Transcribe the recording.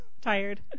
Tired